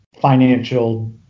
financial